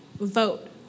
vote